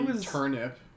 turnip